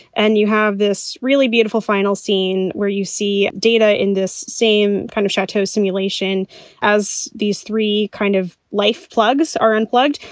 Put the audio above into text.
and you have this really beautiful final scene where you see dana in this scene, kind of shatto simulation as these three kind of life plugs are unplugged.